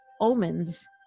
omens